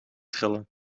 trillen